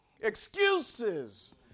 excuses